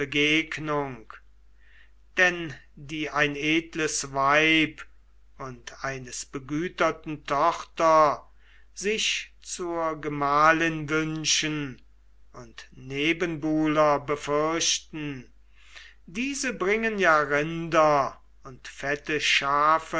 denn die ein edles weib und eines begüterten tochter sich zur gemahlin wünschen und nebenbuhler befürchten diese bringen ja rinder und fette schafe